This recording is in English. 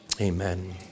amen